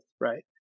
right